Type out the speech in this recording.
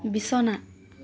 বিছনা